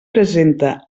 presenta